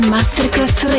Masterclass